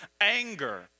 anger